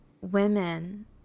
Women